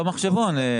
במחשבון.